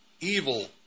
evil